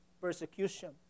persecution